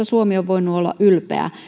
suomi on voinut olla ylpeä